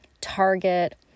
Target